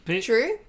True